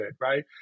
right